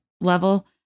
level